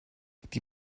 die